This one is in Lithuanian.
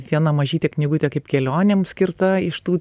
viena mažytė knygutė kaip kelionėm skirta iš tų